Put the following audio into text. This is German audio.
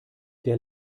der